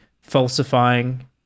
falsifying